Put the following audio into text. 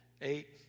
Eight